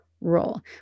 role